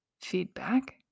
feedback